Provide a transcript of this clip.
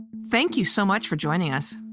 thank you so much for joining us.